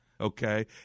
Okay